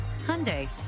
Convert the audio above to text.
Hyundai